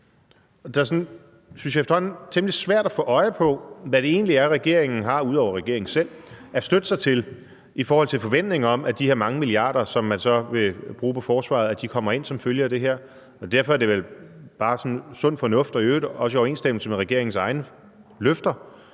temmelig svært at få øje på, hvad det egentlig er, regeringen har – ud over regeringen selv – at støtte sig til i forhold til forventningen om, at de her mange milliarder, som man så vil bruge på forsvaret, kommer ind som følge af det her. Derfor er det vel bare sådan sund fornuft og i øvrigt også i overensstemmelse med regeringens egne løfter